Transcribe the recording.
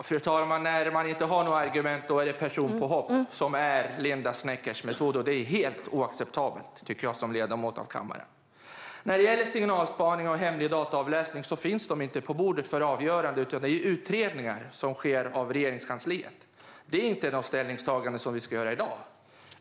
Fru talman! När man inte har några argument blir det personliga påhopp. Det är Linda Sneckers metod, och det tycker jag som ledamot av kammaren är helt oacceptabelt. Signalspaning och hemlig dataavläsning finns inte på bordet för avgörande, utan det är utredningar som sker på uppdrag av Regeringskansliet. Det är inga ställningstaganden som vi ska göra i dag.